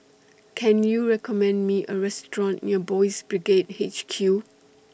Can YOU recommend Me A Restaurant near Boys' Brigade H Q